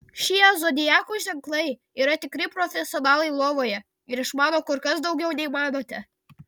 šie zodiako ženklai yra tikri profesionalai lovoje ir išmano kur kas daugiau nei manote